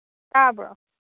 ꯇꯥꯕ꯭ꯔꯣ